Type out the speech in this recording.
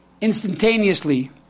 instantaneously